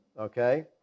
Okay